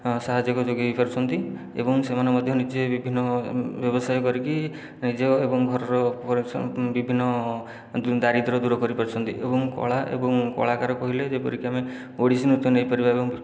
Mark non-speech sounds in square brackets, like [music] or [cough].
ସାହାଯ୍ୟ ଯୋଗାଇ ପାରୁଛନ୍ତି ଏବଂ ସେମାନେ ମଧ୍ୟ ନିଜେ ବିଭିନ୍ନ ବ୍ୟବସାୟ କରିକି ନିଜ ଏବଂ ଘରର [unintelligible] ବିଭିନ୍ନ ଦାରିଦ୍ର୍ୟ ଦୂର କରିପାରୁଛନ୍ତି ଏବଂ କଳା ଏବଂ କଳାକାର କହିଲେ ଯେପରିକି ଆମେ ଓଡ଼ିଶୀ ନୃତ୍ୟ ନେଇପାରିବା